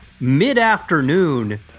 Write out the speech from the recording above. mid-afternoon